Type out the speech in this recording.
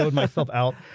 ah myself out,